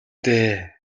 дээ